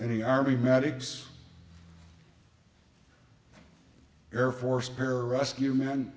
any army medics air force para rescue man